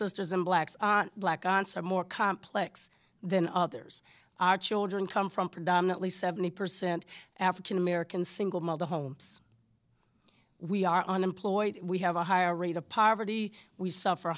sisters and black black ants are more complex than others our children come from predominantly seventy percent african american single mother homes we are unemployed we have a higher rate of poverty we suffer